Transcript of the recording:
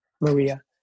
Maria